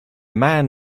man